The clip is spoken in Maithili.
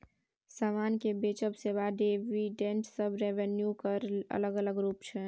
समान केँ बेचब, सेबा, डिविडेंड सब रेवेन्यू केर अलग अलग रुप छै